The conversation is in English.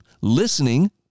listening